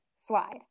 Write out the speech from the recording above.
slide